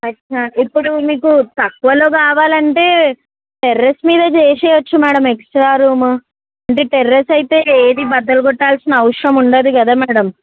అచ్చా ఇప్పుడు మీకు తక్కువలో కావాలంటే టెర్రస్ మీద చేసేయవచ్చు మేడమ్ ఎక్స్ట్రా రూమ్ అంటే టెర్రస్ అయితే ఏది బద్దలు కొట్టాల్సిన అవసరం ఉండదు కదా మేడమ్